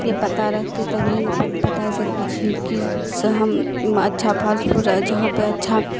के पता रहतै तभिए ने बता सकै छियै की से हम अच्छा फास्ट फूड जहाँ पे अच्छा